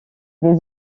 des